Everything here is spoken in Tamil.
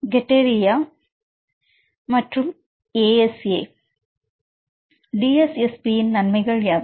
மற்றும் ASA மற்றும் பல DSSP வின் நன்மைகள் யாவை